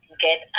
get